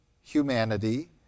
humanity